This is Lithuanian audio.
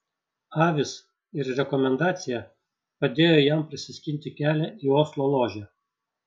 avys ir rekomendacija padėjo jam prasiskinti kelią į oslo ložę